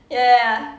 ya ya ya